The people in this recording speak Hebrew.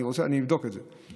אני אבדוק את זה.